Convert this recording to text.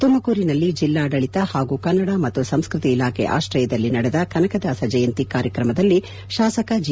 ತುಮಕೂರಿನಲ್ಲಿ ಜಿಲ್ಲಾಡಳಿತ ಹಾಗೂ ಕನ್ನಡ ಮತ್ತು ಸಂಸ್ಕತಿ ಇಲಾಖೆ ಆಶ್ರಯದಲ್ಲಿ ನಡೆದ ಕನಕದಾಸರ ಜಯಂತಿ ಕಾರ್ಯಕ್ರಮದಲ್ಲಿ ಶಾಸಕ ಜಿ